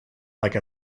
like